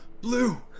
Blue